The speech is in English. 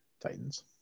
Titans